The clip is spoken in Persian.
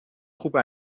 خوب